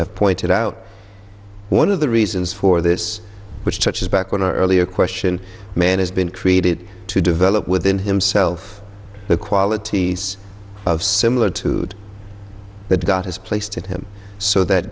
have pointed out one of the reasons for this which touches back on our earlier question man has been created to develop within himself the qualities of similar to that god has placed in him so that